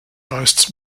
boasts